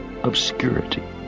obscurity